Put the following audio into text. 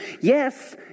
Yes